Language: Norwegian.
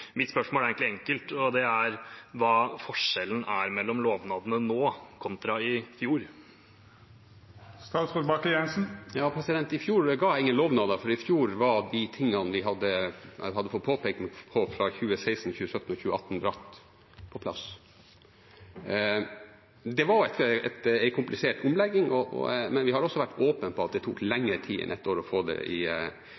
Mitt spørsmål er egentlig enkelt: Hva er forskjellen mellom lovnadene nå kontra i fjor? I fjor ga jeg ingen lovnader, for i fjor var de tingene vi hadde fått påpekning på i 2016, 2017 og 2018, brakt på plass. Det var en komplisert omlegging, men vi har vært åpne på at det tok